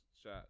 shot